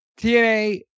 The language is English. TNA